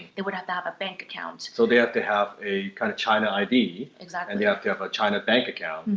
they would have to have a bank account. so they have to have a, kind of, china id, and they have to have a china bank account.